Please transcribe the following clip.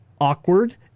awkward